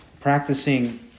practicing